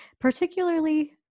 particularly